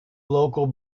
local